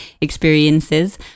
experiences